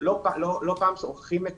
לא פעם שוכחים את